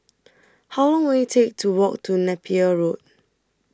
How Long Will IT Take to Walk to Napier Road